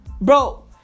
Bro